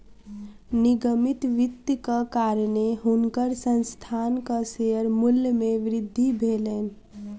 निगमित वित्तक कारणेँ हुनकर संस्थानक शेयर मूल्य मे वृद्धि भेलैन